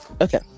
Okay